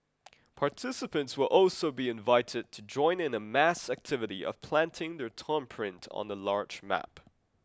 participants will also be invited to join in a mass activity of planting their thumbprint on a large map